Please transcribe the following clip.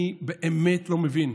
אני באמת לא מבין.